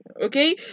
okay